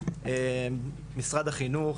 משרד החינוך,